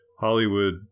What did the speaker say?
hollywood